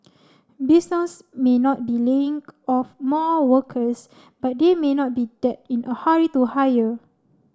businesses may not be laying off more workers but they may not be that in a hurry to hire